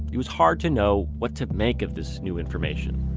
it was hard to know what to make of this new information.